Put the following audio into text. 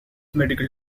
medical